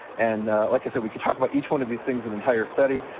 and like i said, we could talk about each one of these things in entire study,